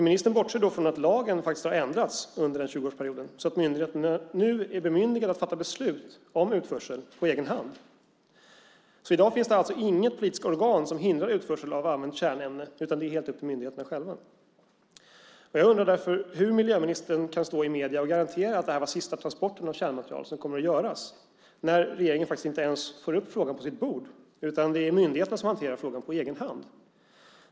Ministern bortser då från att lagen faktiskt har ändrats under denna 20-årsperiod så att myndigheterna nu är bemyndigade att fatta beslut om utförsel på egen hand. I dag finns det alltså inget politiskt organ som hindrar utförsel av använt kärnbränsle, utan det är helt upp till myndigheterna själva att besluta om det. Jag undrar därför hur miljöministern kan säga i medierna att han garanterar att det här var den sista transporten av kärnavfall som kommer att göras när regeringen inte ens får upp frågan på sitt bord, utan det är myndigheterna som hanterar den på egen hand.